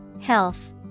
Health